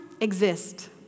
exist